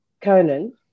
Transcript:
Conan